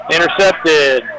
Intercepted